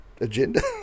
agenda